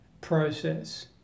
process